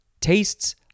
tastes